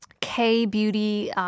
K-beauty